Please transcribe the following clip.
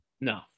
No